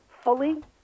fully